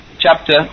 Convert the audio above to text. chapter